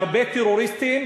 והרבה טרוריסטים,